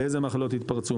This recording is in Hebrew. איזה מחלות התפרצו?